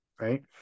right